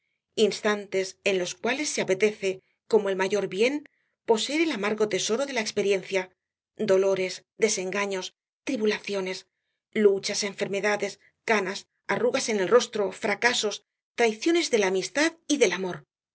instantes en los cuales se apetece como el mayor bien poseer el amargo tesoro de la experiencia dolores desengaños tribulaciones luchas enfermedades canas arrugas en el rostro fracasos traiciones de la amistad y del amor